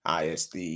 ISD